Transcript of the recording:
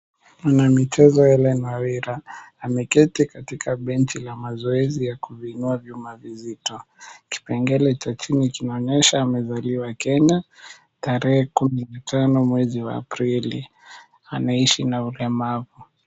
Mwanamichezo ya Elena Wira, ameketi katika benchi la mazoezi ya kubinua vyuma vizito. Kipengele cha chini kinaonyesha amezaliwa Kenya, tarehe 15 mwezi wa Aprili. Anaishi na ulemavu.